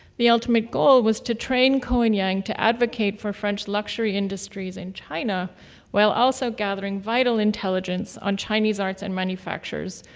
the ultimate goal was to train ko and yang to advocate for french luxury industries in china while also gathering vital intelligence on chinese arts and manufacturers,